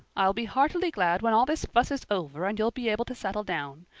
i'll be heartily glad when all this fuss is over and you'll be able to settle down.